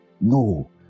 No